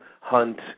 hunt